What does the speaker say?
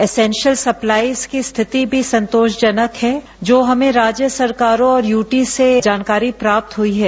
essential supplies की स्थिति भी संतोष जनक है जो हमें राज्यन सरकारों और यूटीज से जानकारी प्राप्त हुई है